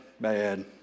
bad